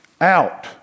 out